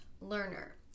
learner